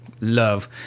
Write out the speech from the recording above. love